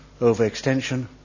overextension